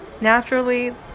Naturally